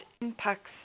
impacts